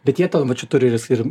bet jie tuo pačiu turi ir